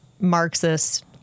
Marxist